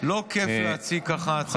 לא כיף להציג ככה הצעת חוק.